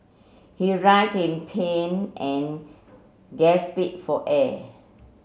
he writhed in pain and for air